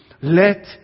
let